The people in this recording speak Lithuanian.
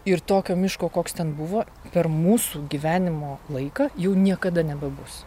ir tokio miško koks ten buvo per mūsų gyvenimo laiką jau niekada nebebus